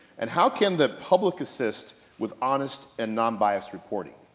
and how can the public assist with honest and non-biased reporting?